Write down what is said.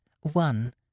one